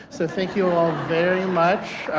so thank you all very much.